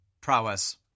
prowess